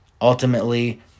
ultimately